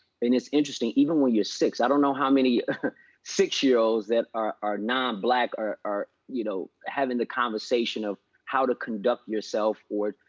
and it's interesting, even when you're six, i don't know how many six year olds that are are non-black are you know having the conversation of how to conduct yourself or,